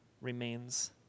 remains